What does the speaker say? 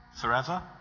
forever